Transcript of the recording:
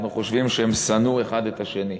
אנחנו חושבים שהם שנאו האחד את השני,